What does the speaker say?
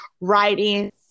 writing